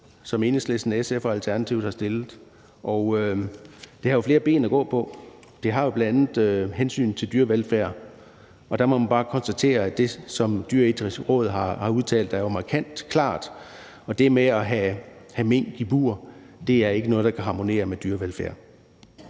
som Enhedslisten, SF og Alternativet har fremsat, og det har jo flere ben at gå på. Det har bl.a. hensynet til dyrevelfærd. Og der må man bare konstatere, at det, som Det Dyreetiske Råd har udtalt, er markant klart, og det med at have mink i bur er ikke noget, der kan harmonere med dyrevelfærd.